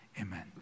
amen